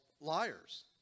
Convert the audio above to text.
liars